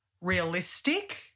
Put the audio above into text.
realistic